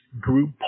Group